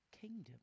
kingdom